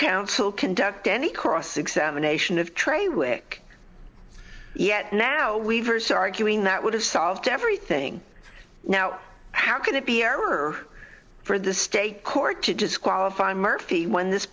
counsel conduct any cross examination of trey wick yet now we've heard arguing that would have solved everything now how could it be error for the state court to disqualify markey when this